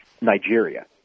Nigeria